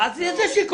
אני לא מדבר